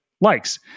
likes